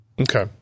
Okay